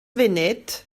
funud